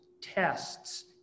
tests